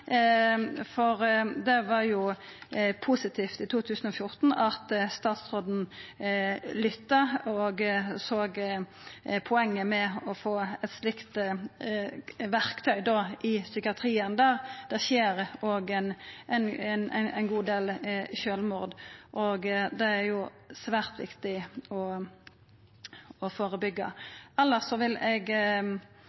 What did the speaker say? for det var jo positivt i 2014 at statsråden lytta og såg poenget med å få eit slikt verktøy i psykiatrien, der det skjer ein god del sjølvmord, og det er svært viktig å